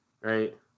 right